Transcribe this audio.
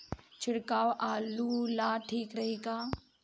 छिड़काव आलू ला ठीक रही का?